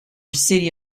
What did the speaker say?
city